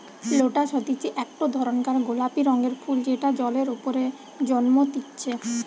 lotus হতিছে একটো ধরণকার গোলাপি রঙের ফুল যেটা জলের ওপরে জন্মতিচ্ছে